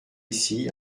ici